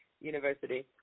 University